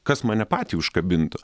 kas mane patį užkabintų